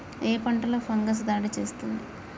ఏ పంటలో ఫంగస్ దాడి చేస్తుంది?